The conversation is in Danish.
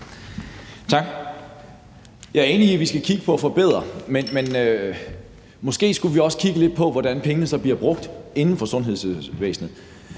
Tak. Jeg er enig i, at vi skal kigge på at forbedre, men måske skulle vi også kigge lidt på, hvordan pengene så bliver brugt inden for sundhedsvæsenet.